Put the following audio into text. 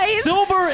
silver